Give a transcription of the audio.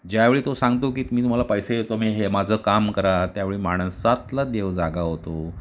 ज्यावेळी तो सांगतो की मी तुम्हाला पैसे देतो तुम्ही हे माझं काम करा त्यावेळी माणसातला देव जागा होतो